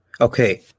Okay